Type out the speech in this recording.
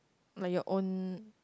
but your own